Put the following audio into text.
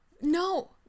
No